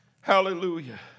Hallelujah